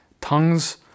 tongues